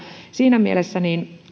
siinä mielessä